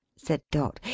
said dot.